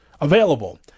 available